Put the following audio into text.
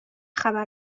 خبر